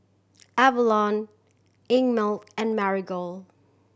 Avalon Einmilk and Marigold